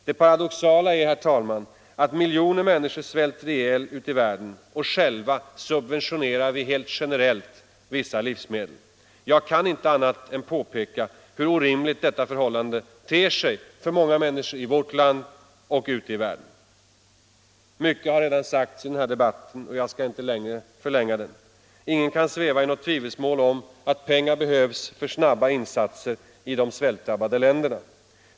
Det paradoxala är, herr talman, att miljoner människor svälter ihjäl ute i världen och själva subventionerar vi generellt vissa livsmedel. Jag kan inte annat än påpeka hur orimligt detta förhållande ter sig för många människor i vårt land och ute i världen. Mycket har redan sagts i debatten, och jag skall inte förlänga den mycket till. Ingen kan sväva i något tvivelsmål om att pengar behövs för snabba insatser i de svältdrabbade länderna.